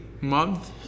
month